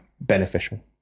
beneficial